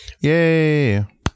Yay